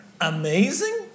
amazing